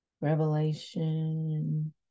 Revelation